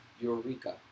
Eureka